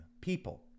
people